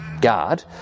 guard